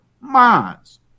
minds